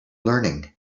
learning